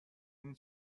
این